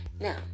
Now